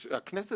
מעניינים.